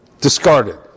discarded